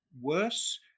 worse